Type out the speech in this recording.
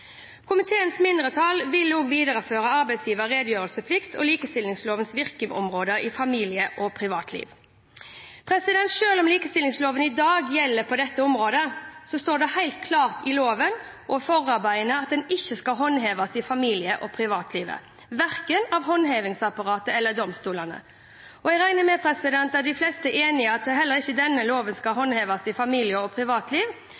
Komiteens mindretall vil også videreføre arbeidsgivers redegjørelsesplikt og likestillingslovens virkeområde i familie- og privatliv. Selv om likestillingsloven i dag gjelder på dette området, står det helt klart i loven og i forarbeidene at den ikke skal håndheves i familie- og privatlivet, hverken av håndhevingsapparatet eller av domstolene. Jeg regner med at de fleste er enig i at heller ikke denne loven skal håndheves i familie- og privatliv.